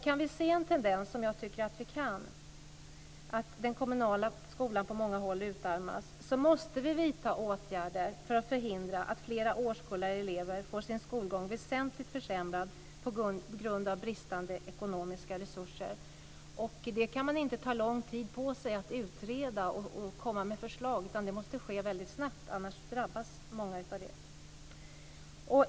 Kan vi se en tendens, som jag tycker att vi kan, att den kommunala skolan på många håll utarmas, måste vi vidta åtgärder för att förhindra att flera årskullar elever får sin skolgång väsentligt försämrad på grund av bristande ekonomiska resurser. Det kan man inte ta lång tid på sig att utreda och komma med förslag om. Det måste ske väldigt snabbt. Annars drabbas många av det här.